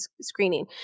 screening